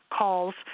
calls